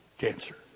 cancer